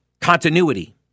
continuity